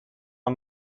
und